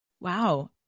wow